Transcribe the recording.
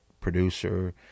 producer